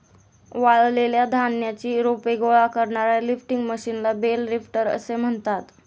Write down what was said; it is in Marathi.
वाळलेल्या धान्याची रोपे गोळा करणाऱ्या लिफ्टिंग मशीनला बेल लिफ्टर असे म्हणतात